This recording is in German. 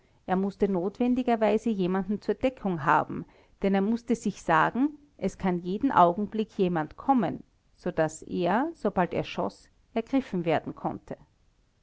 er mußte notwendigerweise jemanden zur deckung haben denn er mußte sich sagen es kann jeden augenblick jemand kommen so daß er sobald er schoß ergriffen werden konnte